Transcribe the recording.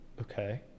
Okay